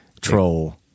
troll